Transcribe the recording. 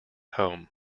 home